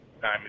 Time